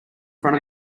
front